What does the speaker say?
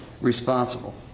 responsible